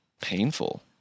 painful